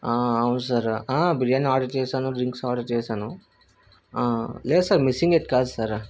అవును sir biryani order చేశాను drinks order చేశాను లేదు సార్ మిస్సింగ్ ఏది కాదు సార్